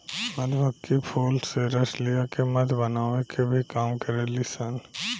मधुमक्खी फूल से रस लिया के मध बनावे के भी काम करेली सन